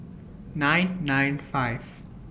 nine nine five